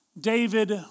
David